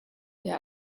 der